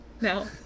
No